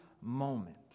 moment